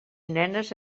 nenes